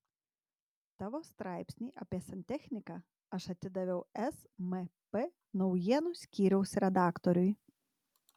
tavo straipsnį apie santechniką aš atidaviau smp naujienų skyriaus redaktoriui